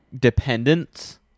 dependents